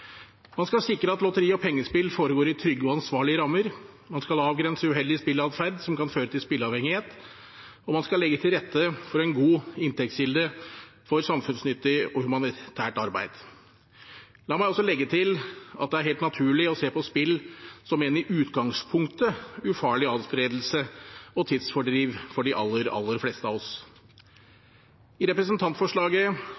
Man skal sikre at lotteri og pengespill foregår innenfor trygge og ansvarlige rammer, man skal avgrense uheldig spilleadferd som kan føre til spilleavhengighet, og man skal legge til rette for en god inntektskilde for samfunnsnyttig og humanitært arbeid. La meg også legge til at det er helt naturlig å se på spill som en i utgangspunktet ufarlig adspredelse og tidsfordriv for de aller, aller fleste av